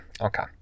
Okay